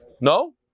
No